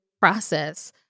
process